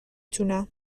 تونم